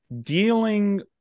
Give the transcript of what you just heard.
dealing